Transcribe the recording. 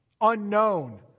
unknown